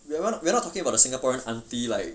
we're not we're not talking about the singaporean aunty like